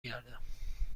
گردم